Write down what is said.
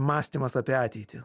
mąstymas apie ateitį